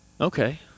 Okay